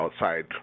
outside